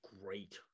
great